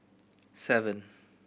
seven